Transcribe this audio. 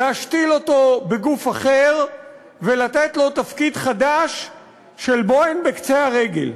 להשתיל אותו בגוף אחר ולתת לו תפקיד חדש של בוהן בקצה הרגל.